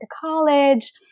college